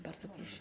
Bardzo proszę.